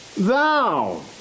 thou